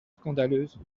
scandaleuse